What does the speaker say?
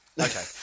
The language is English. Okay